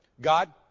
God